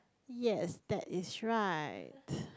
yes that is right